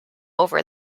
over